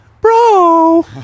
Bro